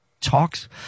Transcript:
talks